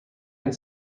and